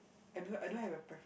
I don't I don't have a pref~